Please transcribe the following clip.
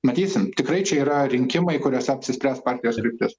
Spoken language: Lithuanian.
matysim tikrai čia yra rinkimai kuriuose apsispręs partijos kryptis